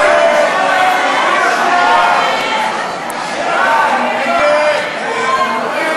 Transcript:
ולכן על זה אנו נילחם.